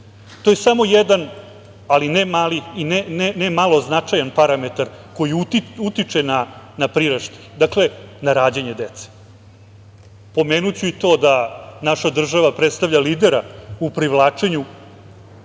To je samo jedan, ali ne mali i ne malo značajan parametar koji utiče na priraštaj, na rađanje dece. Pomenuću i to da naša država predstavlja lidera u privlačenju